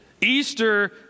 Easter